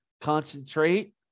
concentrate